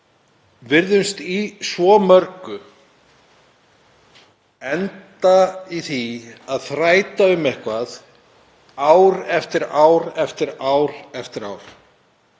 virðumst í svo mörgu enda á því að þræta um eitthvað ár eftir ár eftir ár og